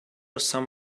some